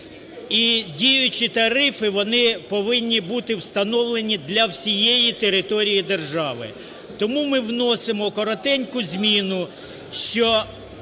діючі тарифи, вони повинні бути встановлені для всієї території держави. Тому ми вносимо коротеньку зміну,